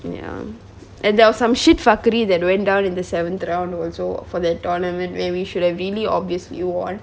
ya and there was some shit fuckary that went down in the seventh round also for that tournament when we should have really obviously won